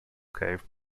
cave